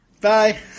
Bye